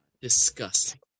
disgusting